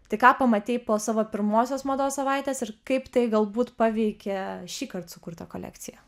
tai ką pamatei po savo pirmosios mados savaitės ir kaip tai galbūt paveikė šįkart sukurtą kolekciją